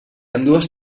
ambdues